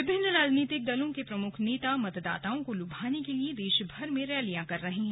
विभिन्न राजनीतिक दलों के प्रमुख नेता मतदाताओं को लुभाने के लिए देशभर में रैलियां कर रहे हैं